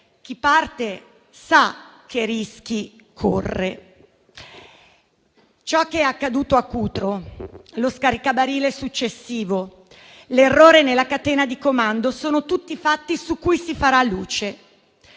chi parte sa che rischi corre. Ciò che è accaduto a Cutro, lo scaricabarile successivo, l'errore nella catena di comando sono tutti fatti su cui si farà luce.